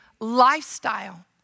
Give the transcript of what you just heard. lifestyle